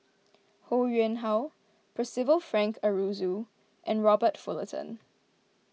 Ho Yuen Hoe Percival Frank Aroozoo and Robert Fullerton